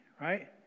right